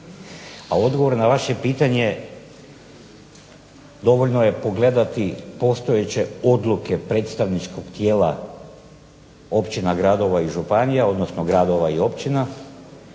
a odgovor na vaše pitanje dovoljno je pogledati postojeće odluke predstavničkog tijela općina, gradova i županija, odnosno gradova i općina